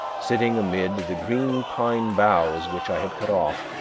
sitting amid the green pine boughs which i had cut off,